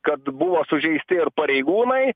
kad buvo sužeisti ir pareigūnai